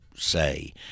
say